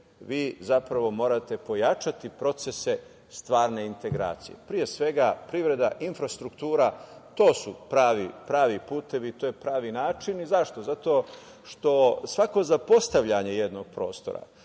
vi zapravo morate pojačati procese stvarne integracije. Pre svega privreda, infrastruktura to su pravi putevi, to je pravi način. Zašto? Zato što svako zapostavljanje jednog prostora,